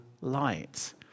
light